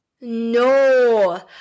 no